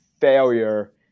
failure